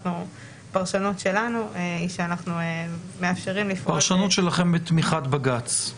הפרשנות שלנו היא שאנחנו מאפשרים לפעול --- הפרשנות שלכם בתמיכת בג"ץ.